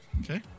Okay